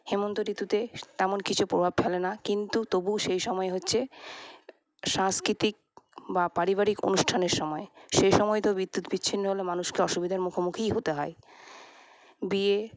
হেমন্ত ঋতুতে তেমন কিছু প্রভাব ফেলেনা কিন্তু তবুও সেই সময় হচ্ছে সাংস্কৃতিক বা পারিবারিক অনুষ্ঠানের সময় সেই সময় তো বিদ্যুৎ বিচ্ছিন্ন হলে মানুষকে অসুবিধার মুখোমুখিই হতে হয় বিয়ে